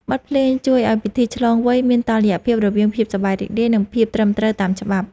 បទភ្លេងជួយឱ្យពិធីឆ្លងវ័យមានតុល្យភាពរវាងភាពសប្បាយរីករាយ និងភាពត្រឹមត្រូវតាមច្បាប់។